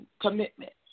commitment